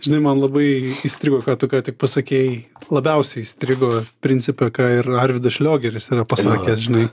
žinai man labai įstrigo ką tu ką tik pasakei labiausiai įstrigo principe ką ir arvydas šliogeris yra pasakęs žinai